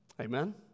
Amen